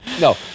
No